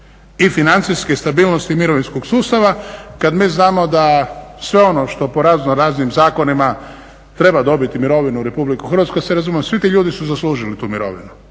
i financijske stabilnosti mirovinskog sustava kad mi znamo da sve ono što po raznoraznim zakonima treba dobiti mirovinu u Republici Hrvatskoj, da se razumijemo svi ti ljudi su zaslužili tu mirovinu,